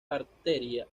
arteria